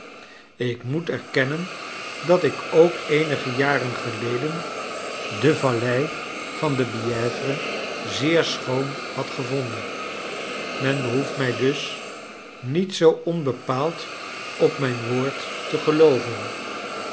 ik moet erkennen dat ik ook eenige jaren geleden de vallei van de bièvre zeer schoon had gevonden men behoeft mij dus niet zoo onbepaald op mijn woord te gelooven